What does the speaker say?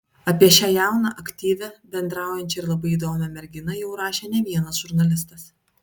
apie šią jauną aktyvią bendraujančią ir labai įdomią merginą jau rašė ne vienas žurnalistas